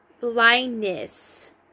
blindness